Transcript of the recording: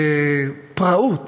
בפראות